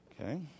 Okay